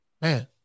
Man